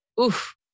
Oof